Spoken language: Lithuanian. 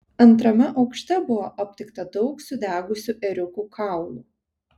antrame aukšte buvo aptikta daug sudegusių ėriukų kaulų